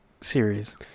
series